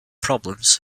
problems